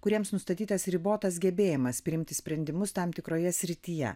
kuriems nustatytas ribotas gebėjimas priimti sprendimus tam tikroje srityje